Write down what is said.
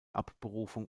abberufung